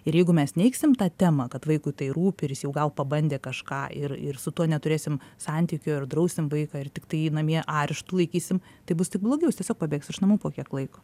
ir jeigu mes neigsim tą temą kad vaikui tai rūpi ir jis jau gal pabandė kažką ir ir su tuo neturėsim santykio ir drausim vaiką ir tiktai jį namie areštu laikysim tai bus tik blogiau jis tiesiog pabėgs iš namų po kiek laiko